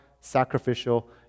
sacrificial